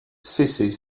cesser